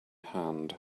hand